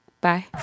Bye